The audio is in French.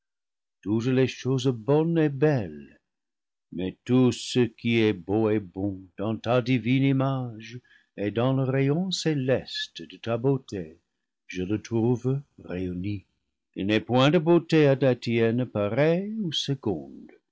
toutes les choses bonnes et belles mais tout ce qui est beau et bon dans ta divine image et dans le rayon céleste de ta beauté je le trouve réuni il n'est point de beauté à la tienne pareille ou seconde